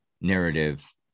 narrative